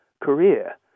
career